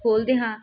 ਖੋਲ੍ਹਦੇ ਹਾਂ